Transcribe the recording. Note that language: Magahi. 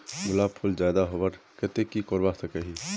गुलाब फूल ज्यादा होबार केते की करवा सकोहो ही?